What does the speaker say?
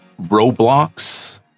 Roblox